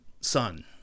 son